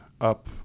up